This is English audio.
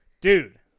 Dude